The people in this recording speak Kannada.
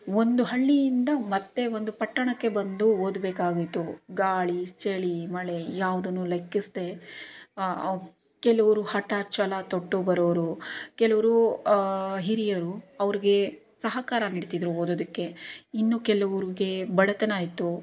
ಒಂದು ಹಳ್ಳಿಯಿಂದ ಮತ್ತೆ ಒಂದು ಪಟ್ಟಣಕ್ಕೆ ಬಂದು ಓದ್ಬೇಕಾಗಿತ್ತು ಗಾಳಿ ಚಳಿ ಮಳೆ ಯಾವುದನ್ನು ಲೆಕ್ಕಿಸದೇ ಕೆಲವರು ಹಠ ಛಲ ತೊಟ್ಟು ಬರೋರು ಕೆಲವರು ಹಿರಿಯರು ಅವ್ರಿಗೆ ಸಹಕಾರ ನೀಡ್ತಿದ್ರು ಓದೋದಕ್ಕೆ ಇನ್ನೂ ಕೆಲವ್ರಿಗೆ ಬಡತನ ಇತ್ತು